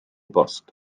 bost